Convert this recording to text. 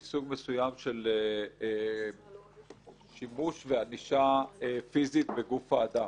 היא סוג מסוים של שימוש וענישה פיזית בגוף האדם.